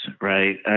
right